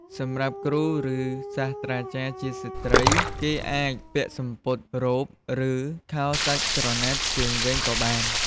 សម្រាប់គ្រូ ឬ សាស្ត្រាចារ្យជាស្ត្រី គេអាចពាក់សំពត់ រ៉ូប ឬ ខោសាច់ក្រណាត់ជើងវែងក៏បាន។